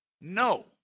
No